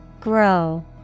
Grow